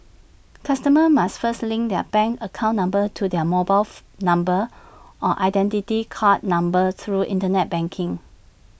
customers must first link their bank account number to their mobile number or Identity Card numbers through Internet banking